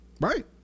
Right